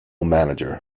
manager